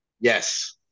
yes